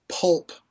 pulp